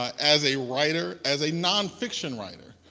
ah as a writer, as a nonfiction writer,